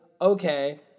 okay